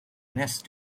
nest